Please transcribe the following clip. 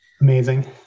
Amazing